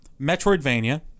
Metroidvania